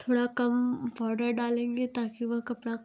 थोड़ा कम पाउडर डालेंगे ताकि वह कपड़ा